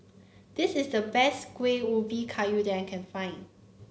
this is the best Kuih Ubi Kayu that I can find